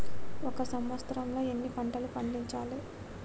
ఒక సంవత్సరంలో ఎన్ని పంటలు పండించాలే?